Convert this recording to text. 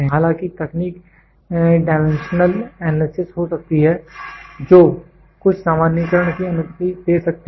हालांकि तकनीक dimensional analysis हो सकती है जो कुछ सामान्यीकरण की अनुमति दे सकती है